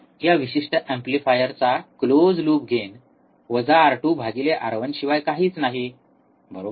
या विशिष्ट एम्प्लीफायरचा close loop gain R2 R1 शिवाय काहीच नाही बरोबर